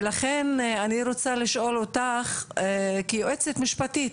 ולכן אני רוצה לשאול אותך כיועצת משפטית,